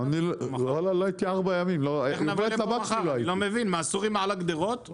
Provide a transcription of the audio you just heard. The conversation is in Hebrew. אני לא מבין מה הסורים על הגדרות?